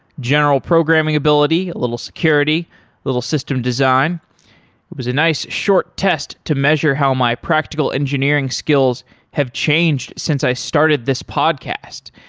general programming ability, a little security, a little system design. it was a nice short test to measure how my practical engineering skills have changed since i started this podcast